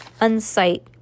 unsight